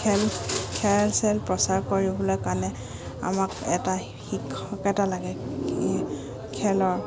খেল খেল চেল প্ৰচাৰ কৰিবলৈ কাৰণে আমাক এটা শিক্ষক এটা লাগে খেলৰ